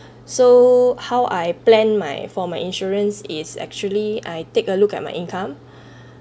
so how I plan my for my insurance is actually I take a look at my income